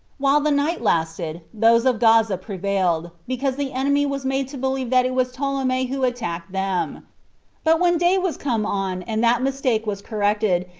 while the night lasted, those of gaza prevailed, because the enemy was made to believe that it was ptolemy who attacked them but when day was come on, and that mistake was corrected,